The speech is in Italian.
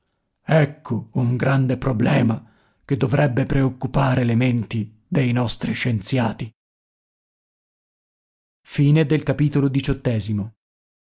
ecco un grande problema che dovrebbe preoccupare le menti dei nostri scienziati